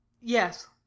Yes